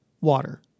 Water